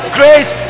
grace